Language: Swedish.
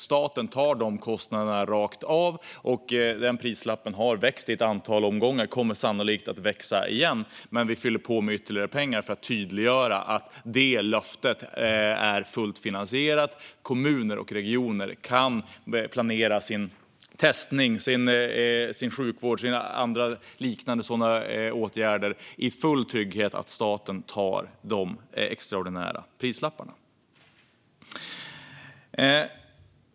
Staten tar de kostnaderna rakt av, och prislappen för detta har vuxit i ett antal omgångar och kommer sannolikt att växa igen. Men vi fyller på med ytterligare pengar för att tydliggöra att det löftet är fullt finansierat. Kommuner och regioner kan planera sin testning, sin sjukvård och liknande sådana åtgärder i full trygghet gällande att staten tar hand om de extraordinära prislapparna.